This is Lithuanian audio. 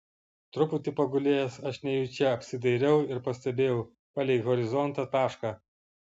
truputį pagulėjęs aš nejučia apsidairiau ir pastebėjau palei horizontą tašką